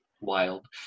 wild